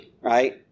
right